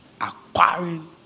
acquiring